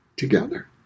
together